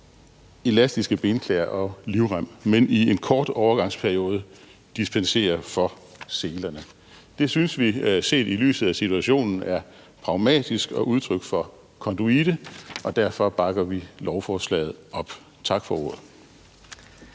elastiske benklæder og livrem og i en kort overgangsperiode dispenserer fra selerne. Det synes vi – set i lyset af situationen – er pragmatisk og udtryk for konduite. Derfor bakker vi lovforslaget op. Tak for ordet.